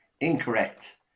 Incorrect